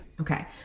Okay